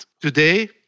Today